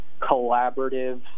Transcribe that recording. collaborative